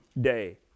day